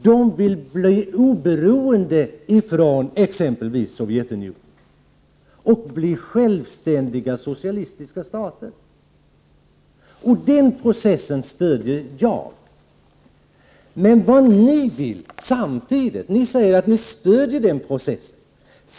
Man vill bli oberoende av exempelvis Sovjetunionen och bilda självständiga socialistiska stater. Den processen stöder jag. Ni säger att ni stöder den processen.